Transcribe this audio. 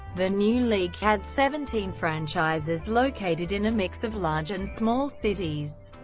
the new league had seventeen franchises located in a mix of large and small cities,